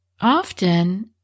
often